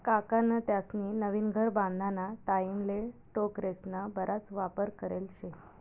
काकान त्यास्नी नवीन घर बांधाना टाईमले टोकरेस्ना बराच वापर करेल शे